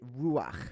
ruach